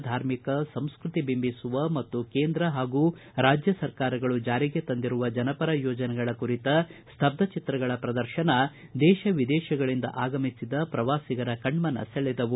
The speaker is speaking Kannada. ಧಾರ್ಮಿಕ ಸಂಸ್ಕೃತಿ ಬಿಂಬಿಸುವ ಮತ್ತು ಕೇಂದ್ರ ಹಾಗೂ ರಾಜ್ಯ ಸರ್ಕಾರಗಳು ಜಾರಿಗೆ ತಂದಿರುವ ಜನಪರ ಯೋಜನೆಗಳ ಕುರಿತ ಸ್ಟಬ್ಸ ಚಿತ್ರಗಳ ಪ್ರದರ್ಶನ ದೇಶ ವಿದೇಶಗಳಿಂದ ಆಗಮಿಸಿದ ಪ್ರವಾಸಿಗರ ಕಣ್ಣನ ಸೆಳೆದವು